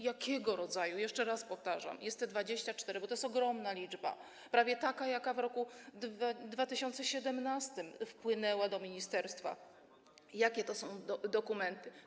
Jakiego rodzaju - jeszcze raz powtarzam, jest ich 24 tys., to ogromna liczba, prawie tyle, ile w roku 2017 wpłynęło do ministerstwa - jakie to są dokumenty?